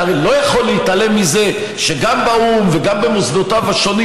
הרי אתה לא יכול להתעלם מזה שגם באו"ם וגם במוסדותיו השונים,